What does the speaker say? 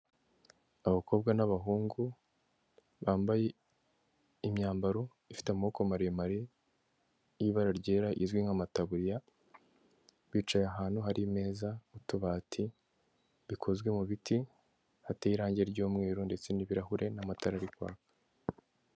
Abakobwa n'abahungu, bambaye imyambaro ifite amaboko maremare y'ibara ryera izwi nk'amataburiya, bicaye ahantu hari imeza n'utubati bikozwe mu biti, hateye irangi ry'umweru ndetse n'ibirahure n'amatara ari kwaka.